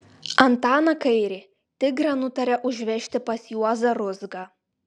antaną kairį tigrą nutarė užvežti pas juozą ruzgą